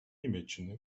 німеччини